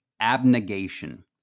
abnegation